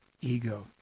ego